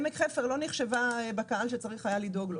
עמק חפר לא נחשבה בקהל שצריך היה לדאוג לו.